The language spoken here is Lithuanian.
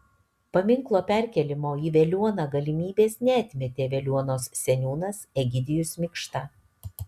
paminklo perkėlimo į veliuoną galimybės neatmetė veliuonos seniūnas egidijus mikšta